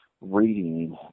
reading